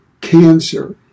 cancer